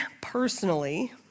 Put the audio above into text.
personally